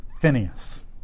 Phineas